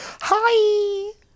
Hi